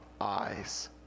eyes